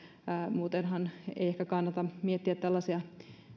muutenhan ei ehkä kannata miettiä tällaisia